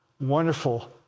Wonderful